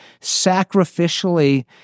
sacrificially